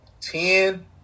ten